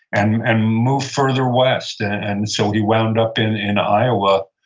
and and move further west. and so, he wound up in in iowa,